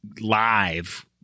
live